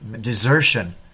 desertion